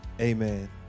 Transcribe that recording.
amen